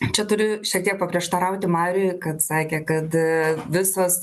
čia turiu šiek tiek paprieštarauti mariui kad sakė kad visos